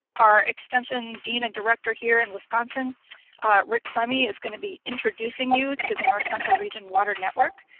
our extension dean director here in wisconsin rick klemme is going to be introducing you to the north central region water network.